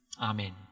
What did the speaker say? Amen